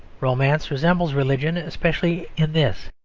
romance resembles religion especially in this,